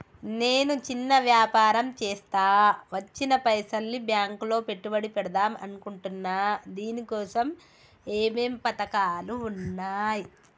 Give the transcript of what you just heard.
నేను చిన్న వ్యాపారం చేస్తా వచ్చిన పైసల్ని బ్యాంకులో పెట్టుబడి పెడదాం అనుకుంటున్నా దీనికోసం ఏమేం పథకాలు ఉన్నాయ్?